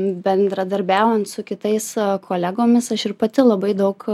bendradarbiaujant su kitais kolegomis aš ir pati labai daug